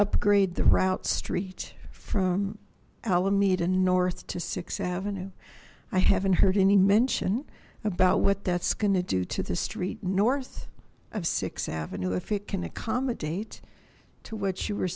upgrade the route street from alameda north to sixth avenue i haven't heard any mention about what that's going to do to the street north of sixth avenue if it can accommodate to what you were